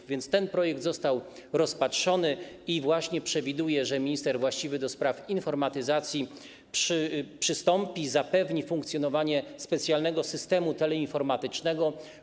Tak więc ten projekt został rozpatrzony i właśnie przewiduje, że minister właściwy do spraw informatyzacji zapewni funkcjonowanie specjalnego systemu teleinformatycznego.